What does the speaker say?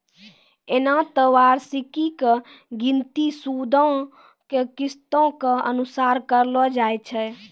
एना त वार्षिकी के गिनती सूदो के किस्तो के अनुसार करलो जाय छै